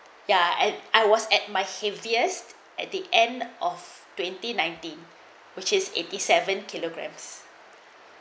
ya and I was at my heaviest at the end of twenty nineteen which is eighty seven kilograms